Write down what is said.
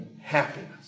happiness